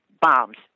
bombs